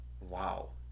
Wow